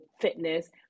fitness